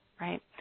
right